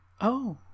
Oh